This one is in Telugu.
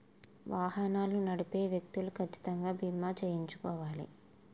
వాహనాలు నడిపే వ్యక్తులు కచ్చితంగా బీమా చేయించుకోవాలి